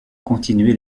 continuer